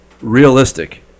realistic